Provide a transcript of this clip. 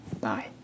Bye